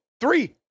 Three